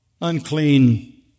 unclean